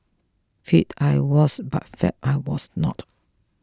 fit I was but fab I was not